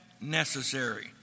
necessary